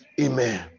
Amen